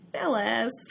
Phyllis